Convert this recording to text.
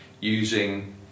using